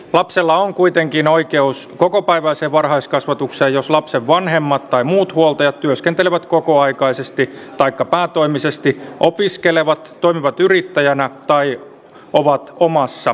lapsella on kuitenkin oikeus kokopäiväiseen varhaiskasvatukseen jos lapsen vanhemmat tai muut huoltajat työskentelevät kokoaikaisesti taikka päätoimisesti opiskelevat toimivat yrittäjänä tai ovat omassa työssä